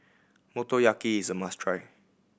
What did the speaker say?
motoyaki is a must try